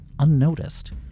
unnoticed